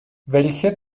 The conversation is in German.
welche